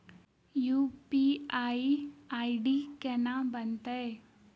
UPI ID केना बनतै?